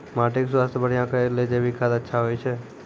माटी के स्वास्थ्य बढ़िया करै ले जैविक खाद अच्छा होय छै?